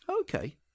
Okay